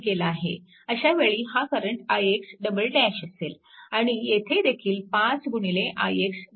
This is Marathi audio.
अशा वेळी हा करंट ix असेल आणि येथे देखील 5 ix असेल